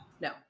No